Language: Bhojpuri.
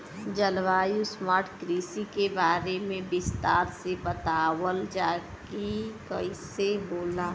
जलवायु स्मार्ट कृषि के बारे में विस्तार से बतावल जाकि कइसे होला?